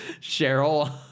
Cheryl